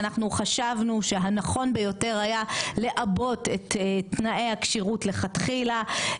אנחנו חשבנו שהנכון ביותר היה לעבות את תנאי הכשירות לכתחילה,